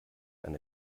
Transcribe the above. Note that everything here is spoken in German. eine